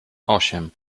osiem